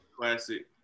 classic